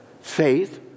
Faith